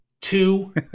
Two